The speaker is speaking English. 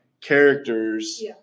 characters